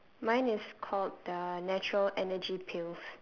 mine is called the natural energy pills